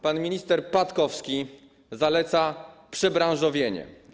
Pan minister Patkowski zaleca przebranżowienie.